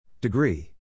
Degree